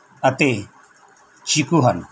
ਅਤੇ ਚੀਕੂ ਹਨ